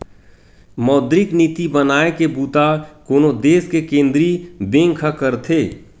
मौद्रिक नीति बनाए के बूता कोनो देस के केंद्रीय बेंक ह करथे